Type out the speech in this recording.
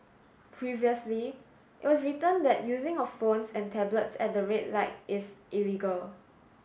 previously it was written that using of phones and tablets at the red light is illegal